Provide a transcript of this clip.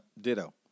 Ditto